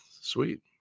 sweet